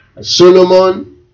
Solomon